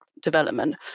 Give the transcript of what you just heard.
development